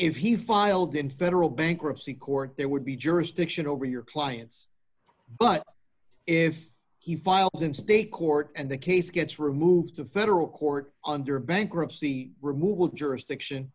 if he filed in federal bankruptcy court there would be jurisdiction over your clients but if he files in state court and the case gets removed to federal court under bankruptcy removal jurisdiction